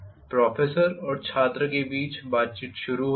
professor और छात्र के बीच बातचीत शुरू होती है